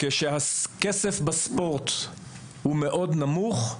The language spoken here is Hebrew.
כשהכסף בספורט הוא מאוד נמוך,